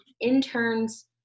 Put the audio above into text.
interns